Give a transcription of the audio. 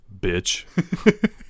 bitch